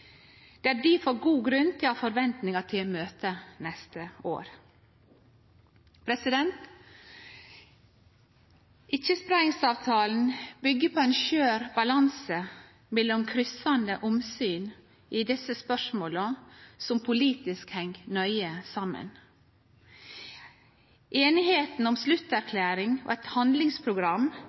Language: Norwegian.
Det er difor god grunn til å ha forventingar til møtet neste år. Ikkjespreiingsavtalen byggjer på ein skjør balanse mellom kryssande omsyn i desse spørsmåla som politisk heng nøye saman. Einigheita om slutterklæring og eit